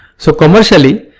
so, commercially,